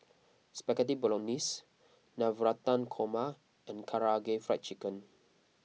Spaghetti Bolognese Navratan Korma and Karaage Fried Chicken